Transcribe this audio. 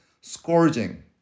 scourging